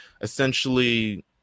essentially